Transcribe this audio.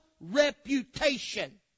reputation